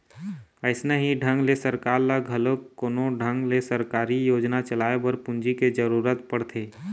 अइसने ही ढंग ले सरकार ल घलोक कोनो ढंग ले सरकारी योजना चलाए बर पूंजी के जरुरत पड़थे